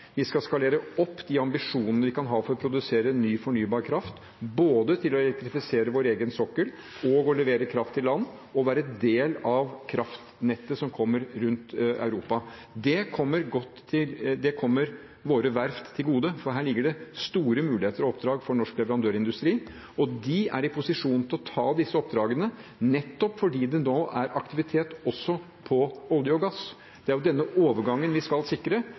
Vi skal skalere opp de ambisjonene vi kan ha for å produsere ny fornybar kraft, både til å elektrifisere vår egen sokkel og til å levere kraft til land og være del av kraftnettet som kommer rundt Europa. Det kommer våre verft til gode, for her ligger det store muligheter og oppdrag for norsk leverandørindustri, og de er i posisjon til å ta disse oppdragene nettopp fordi det nå er aktivitet også på olje og gass. Det er denne overgangen vi skal sikre,